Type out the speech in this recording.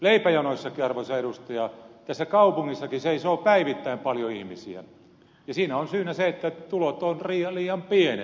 leipäjonoissakin arvoisa edustaja tässä kaupungissakin seisoo päivittäin paljon ihmisiä ja siihen on syynä se että tulot ovat liian pienet